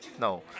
no